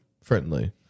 friendly